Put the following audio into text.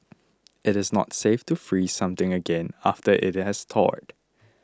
it is not safe to freeze something again after it has thawed